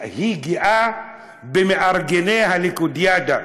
שהיא גאה במארגני הליכודיאדה,